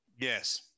Yes